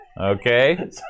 Okay